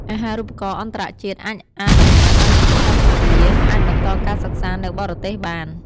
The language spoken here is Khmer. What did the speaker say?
អាហារូបករណ៍អន្តរជាតិអាចអនុញ្ញាតឱ្យនិស្សិតកម្ពុជា អាចបន្តការសិក្សានៅបរទេសបាន។